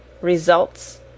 Results